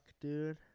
dude